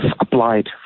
applied